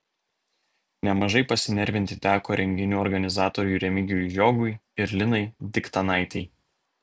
nemažai pasinervinti teko renginių organizatoriui remigijui žiogui ir linai diktanaitei